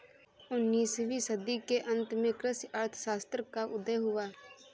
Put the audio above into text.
उन्नीस वीं सदी के अंत में कृषि अर्थशास्त्र का उदय हुआ